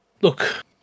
look